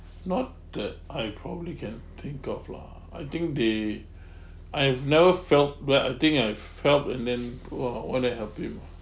not that I probably can think of lah I think they I've never felt that I think I felt and then !wah! want to help you